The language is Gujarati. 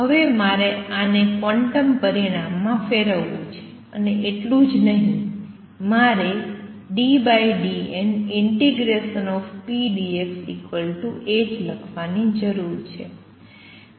હવે મારે આને ક્વોન્ટમ પરિણામમાં ફેરવવું છે અને એટલું જ નહીં મારે ddn∫pdxh લખવાની જરૂર છે